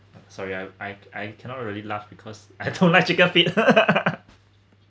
sorry I I I cannot really laugh because I don't like chicken feet